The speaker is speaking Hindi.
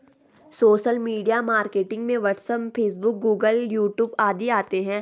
सोशल मीडिया मार्केटिंग में WhatsApp Facebook Google YouTube आदि आते है